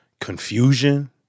confusion